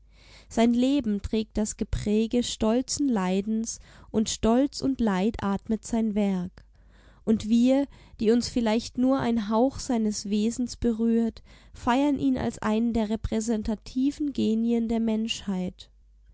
sein leben trägt das gepräge stolzen leidens und stolz und leid atmet sein werk und wir die uns vielleicht nur ein hauch seines wesen berührt feiern ihn als einen der repräsentativen genien der menschheit